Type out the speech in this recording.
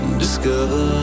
discover